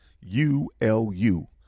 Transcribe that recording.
U-L-U